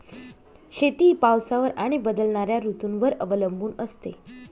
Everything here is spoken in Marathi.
शेती ही पावसावर आणि बदलणाऱ्या ऋतूंवर अवलंबून असते